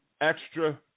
extra